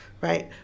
right